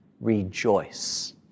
rejoice